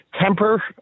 temper